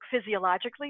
physiologically